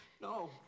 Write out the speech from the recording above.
No